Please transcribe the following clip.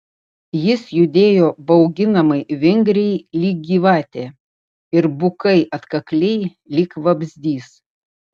jis judėjo bauginamai vingriai lyg gyvatė ir bukai atkakliai lyg vabzdys